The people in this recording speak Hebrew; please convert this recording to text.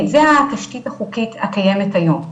זה התשתית החוקית הקיימת היום.